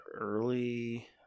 early